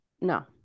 No